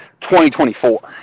2024